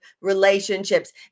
relationships